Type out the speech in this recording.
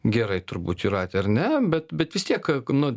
gerai turbūt jūrate ar ne bet bet vis tiek nu